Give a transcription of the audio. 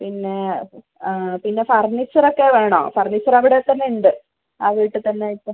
പിന്നെ പിന്നെ ഫർണിച്ചർ ഒക്കെ വേണോ ഫർണിച്ചർ അവിടെത്തന്നെ ഉണ്ട് ആ വീട്ടിൽ തന്നെ ഇപ്പോൾ